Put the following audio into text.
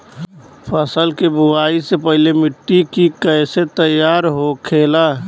फसल की बुवाई से पहले मिट्टी की कैसे तैयार होखेला?